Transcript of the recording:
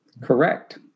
Correct